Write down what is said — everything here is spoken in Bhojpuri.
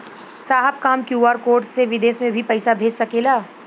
साहब का हम क्यू.आर कोड से बिदेश में भी पैसा भेज सकेला?